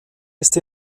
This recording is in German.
ist